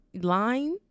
line